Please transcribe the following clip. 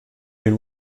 been